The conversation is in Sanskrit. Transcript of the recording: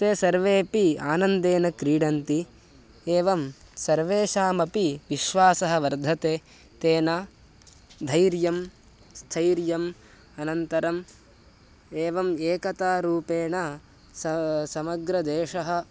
ते सर्वेपि आनन्देन क्रीडन्ति एवं सर्वेषामपि विश्वासः वर्धते तेन धैर्यं स्थैर्यम् अनन्तरम् एवम् एकतारूपेण स समग्रदेशः